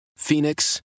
Phoenix